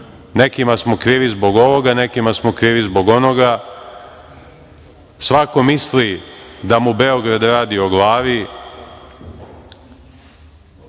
nekima smo krivi zbog ovoga, nekima smo krivi zbog onoga. Svako misli da mu Beograd radi o glavi.